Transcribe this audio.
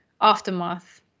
aftermath